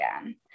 again